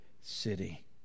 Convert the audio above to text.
city